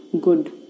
good